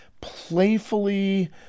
playfully